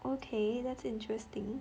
okay that's interesting